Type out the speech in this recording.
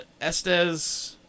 Estes